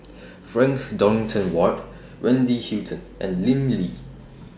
Frank Dorrington Ward Wendy Hutton and Lim Lee